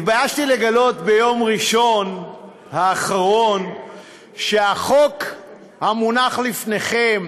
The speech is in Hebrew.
התביישתי לגלות ביום ראשון האחרון שהצעת חוק המונחת לפניכם,